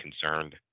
concerned